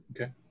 Okay